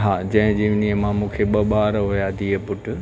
हा जंहिं जीवनीअ मां मूंखे ॿ ॿार हुआ धीअ पुटु